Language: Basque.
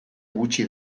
gutxi